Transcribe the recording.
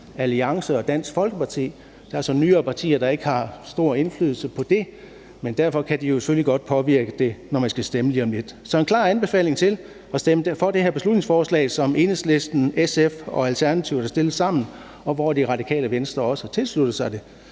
Alliance og Dansk Folkeparti. Der er så nyere partier, der ikke har stor indflydelse på det, men derfor kan de jo selvfølgelig godt påvirke det alligevel, når man skal stemme lige om lidt. Så her er en klar anbefaling til at stemme for det her beslutningsforslag, som Enhedslisten, SF og Alternativet har fremsat sammen, og som Radikale Venstre også har tilsluttet sig.